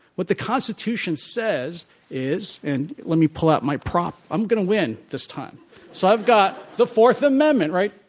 what the constitution says is and let me pull out my prop i'm going to win this time so i've got the fourth amendment, right?